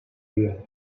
guiones